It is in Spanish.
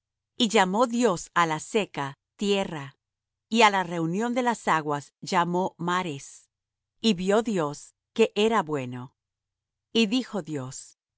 y llamó dios á la seca tierra y á la reunión de las aguas llamó mares y vió dios que era bueno y dijo dios